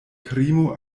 krimo